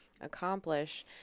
accomplish